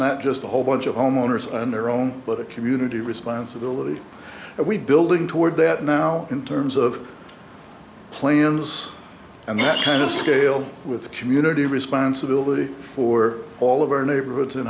not just a whole bunch of homeowners on their own but a community responsibility and we building toward that now in terms of plans and that kind of scale with community responsibility for all of our neighborhoods